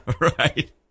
right